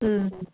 ও